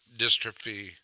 dystrophy